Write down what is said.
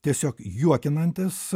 tiesiog juokinantys